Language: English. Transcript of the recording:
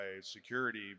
security